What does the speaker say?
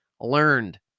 Learned